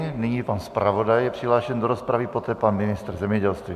Nyní pan zpravodaj je přihlášen do rozpravy, poté pan ministr zemědělství.